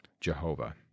Jehovah